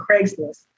Craigslist